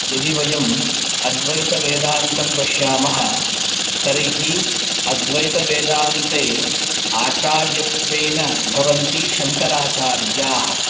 यदि वयम् अद्वैतवेदान्तं पश्यामः तर्हि अद्वैतवेदान्ते आचार्यत्वेन भवन्ति शङ्कराचार्याः